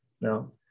No